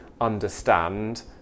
understand